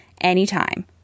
anytime